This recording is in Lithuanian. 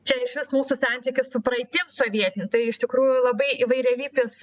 čia išvis mūsų santykis su praeitim sovietine tai iš tikrųjų labai įvairialypis